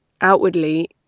outwardly